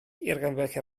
irgendwelche